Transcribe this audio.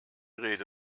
rede